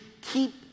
keep